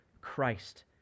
Christ